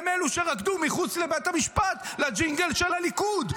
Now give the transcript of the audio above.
הם אלו שרקדו מחוץ לבית המשפט לג'ינגל של הליכוד,